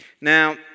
Now